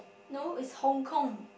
no it's Hong-Kong